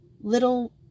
little